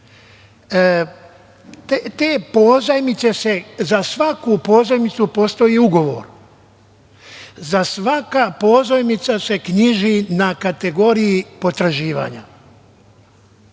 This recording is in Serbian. imovine.Za svaku pozajmicu postoji ugovor. Svaka pozajmica se knjiži na kategoriji potraživanja,